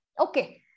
Okay